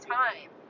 time